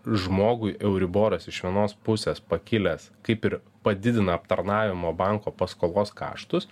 žmogui euriboras iš vienos pusės pakilęs kaip ir padidina aptarnavimo banko paskolos kaštus